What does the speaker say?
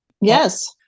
Yes